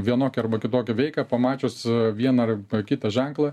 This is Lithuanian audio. vienokią arba kitokią veiką pamačius vieną arba kitą ženklą